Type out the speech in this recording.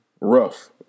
rough